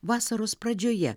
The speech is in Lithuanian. vasaros pradžioje